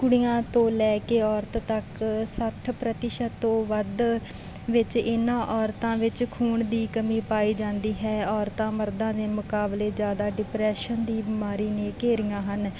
ਕੁੜੀਆਂ ਤੋਂ ਲੈ ਕੇ ਔਰਤ ਤੱਕ ਸੱਠ ਪ੍ਰਤੀਸ਼ਤ ਤੋਂ ਵੱਧ ਵਿੱਚ ਇਹਨਾਂ ਔਰਤਾਂ ਵਿੱਚ ਖੂਨ ਦੀ ਕਮੀ ਪਾਈ ਜਾਂਦੀ ਹੈ ਔਰਤਾਂ ਮਰਦਾਂ ਦੇ ਮੁਕਾਬਲੇ ਜ਼ਿਆਦਾ ਡਿਪਰੈਸ਼ਨ ਦੀ ਬਿਮਾਰੀ ਨੇ ਘੇਰੀਆਂ ਹਨ